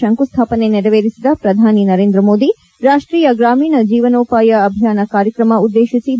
ಶಂಕುಸ್ಥಾಪನೆ ನೆರವೇರಿಸಿದ ಪ್ರಧಾನಮಂತ್ರಿ ನರೇಂದ್ರ ಮೋದಿ ರಾಷ್ಷೀಯ ಗ್ರಾಮೀಣ ಜೀವನೋಪಾಯ ಅಭಿಯಾನ ಕಾರ್ಯಕ್ರಮ ಉದ್ದೇಶಿಸಿ ಭಾಷಣ